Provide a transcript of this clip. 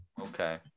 okay